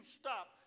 stop